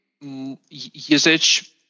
usage